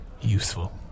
useful